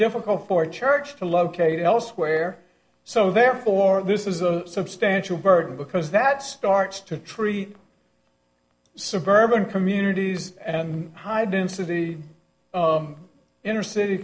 difficult for charge to locate elsewhere so therefore this is a substantial burden because that starts to treat suburban communities and high density inner city